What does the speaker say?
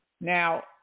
Now